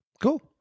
Cool